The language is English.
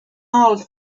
old